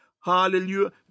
Hallelujah